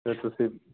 ਅਤੇ ਤੁਸੀਂ